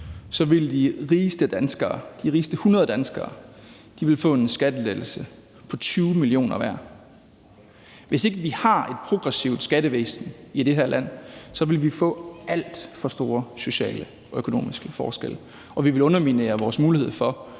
så ville de 100 rigeste danskere få en skattelettelse på 20 mio. kr. hver. Hvis vi ikke havde et progressivt skattesystem i det her land, ville vi få alt for store sociale og økonomiske forskelle, og vi ville underminere vores mulighed for